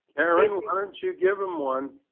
erin, aren't you give them one